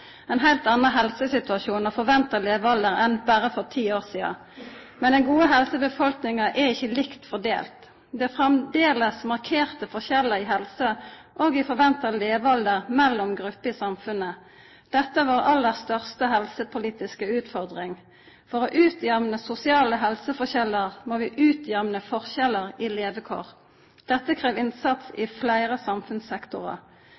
ein heilt annan helsesituasjon og forventa levealder enn for berre ti år sidan. Men den gode helsa i befolkninga er ikkje likt fordelt. Det er framleis markerte forskjellar i helse og i forventa levealder mellom grupper i samfunnet. Dette er vår aller største helsepolitiske utfordring. For å utjamna sosiale helseforskjellar må vi utjamna forskjellar i levekår. Dette krev innsats